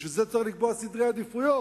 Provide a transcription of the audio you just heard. בשביל זה צריך לקבוע סדרי עדיפויות.